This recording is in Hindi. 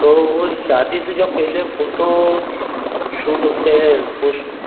तो वो शादी से जो पहले फोटो शूट होते हैं उसको